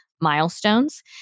milestones